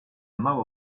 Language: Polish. mało